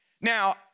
Now